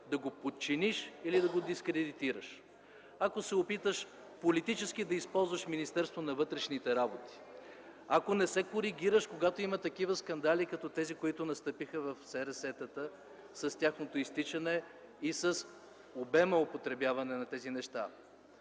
да го подчиниш или да го дискредитираш; ако се опиташ политически да използваш Министерството на вътрешните работи; ако не се коригираш, когато има такива скандали като тези, които настъпиха при специалните разузнавателни средства, с тяхното изтичане и с обема употребяване на тези неща.